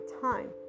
time